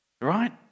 Right